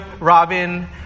Robin